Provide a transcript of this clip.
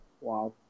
wow